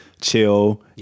chill